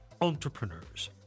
entrepreneurs